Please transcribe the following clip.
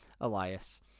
Elias